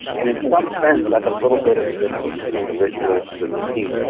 and in some sense that's a little bit of a difference between a ritual and a routine.